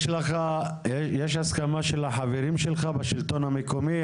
יש הסכמה של החברים שלך בשלטון המקומי?